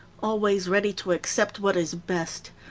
always ready to accept what is best,